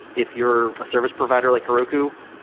if you're a service provider like heroku,